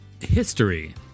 History